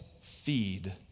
feed